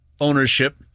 ownership